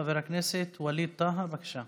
חבר הכנסת ווליד טאהא, בבקשה.